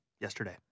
yesterday